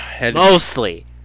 mostly